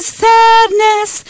sadness